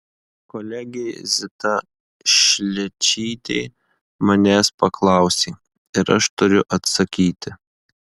kolegė zita šličytė manęs paklausė ir aš turiu atsakyti